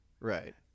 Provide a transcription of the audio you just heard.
Right